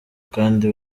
kandi